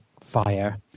Fire